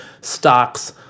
stocks